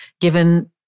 given